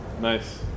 Nice